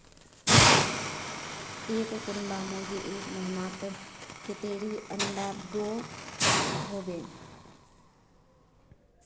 एक कुंडा मुर्गी एक महीनात कतेरी अंडा दो होबे?